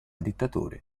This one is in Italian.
dittatore